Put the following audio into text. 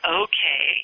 okay